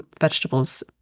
vegetables